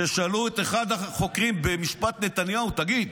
כששאלו את אחד החוקרים במשפט נתניהו: תגיד,